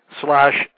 slash